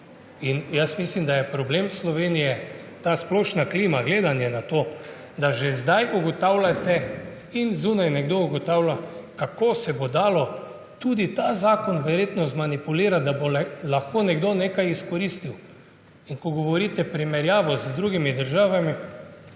Jaz mislim, da je problem Slovenije ta splošna klima, da že zdaj ugotavljate in zunaj nekdo ugotavlja, kako se bo dalo tudi ta zakon verjetno zmanipulirati, da bo lahko nekdo nekaj izkoristil. Govorite o primerjavi z drugimi državami.